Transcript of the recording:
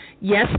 yes